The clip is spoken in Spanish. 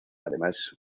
además